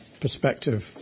perspective